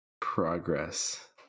progress